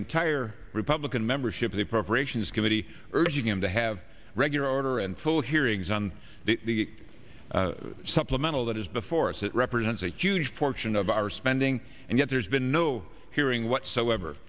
entire republican membership appropriations committee urging him to have regular order and full hearings on the supplemental that is before us that represents a huge portion of our spending and yet there's been no hearing whatsoever